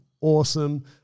awesome